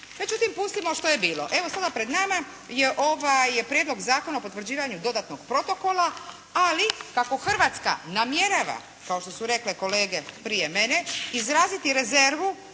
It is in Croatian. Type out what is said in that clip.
Međutim, pustimo što je bilo. Evo sada pred nama je ovaj Prijedlog Zakona o potvrđivanju dodatnog protokola, ali kako Hrvatska namjerava, kao što su rekle kolege prije mene izraziti rezervu